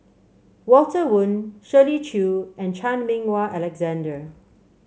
Walter Woon Shirley Chew and Chan Meng Wah Alexander